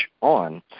on